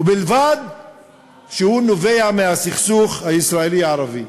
"ובלבד שהוא נובע מהסכסוך הישראלי ערבי".